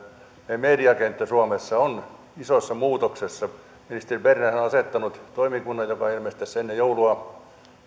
että mediakenttä suomessa on isossa muutoksessa ministeri bernerhän on asettanut toimikunnan joka ilmeisesti tässä ennen joulua